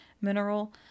mineral